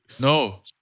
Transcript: No